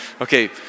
okay